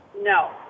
No